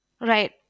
Right